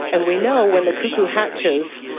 and we know when the cuckoo hatches,